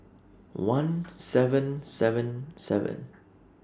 one seven seven seven